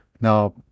Now